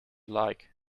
like